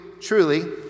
truly